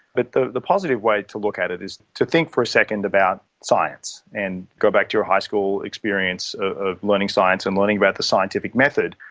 but the the positive way to look at it is to think for a second about science and to go back to your high school experience of learning science and learning about the scientific method.